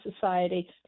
society